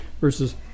versus